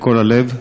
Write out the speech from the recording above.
מכל הלב.